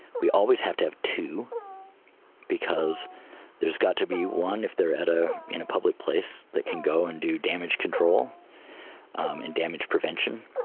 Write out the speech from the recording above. we always have to have two because there's got to be one if they are at ah a public place that can go and do damage control and damage prevention,